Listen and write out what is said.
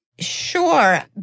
Sure